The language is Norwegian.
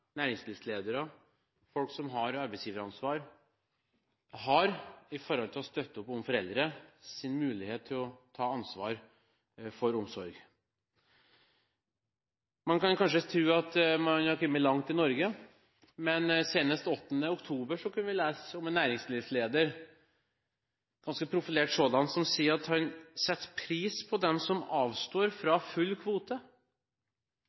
næringslivsledere og folk med arbeidsgiveransvar har når det gjelder å støtte opp om foreldres mulighet til å ta ansvar for omsorg. Man kan kanskje tro at man har kommet langt i Norge, men senest 8. oktober i år kunne vi lese om en næringslivsleder – ganske profilert sådan – som sa at han setter pris på dem som avstår